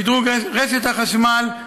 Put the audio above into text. שדרוג רשת החשמל,